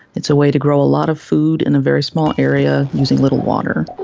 it's a way to grow a lot of food in a very small area using little water.